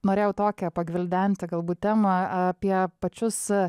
norėjau tokią pagvildenti galbūt temą apie pačius